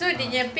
ah